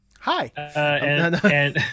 Hi